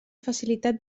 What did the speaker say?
facilitat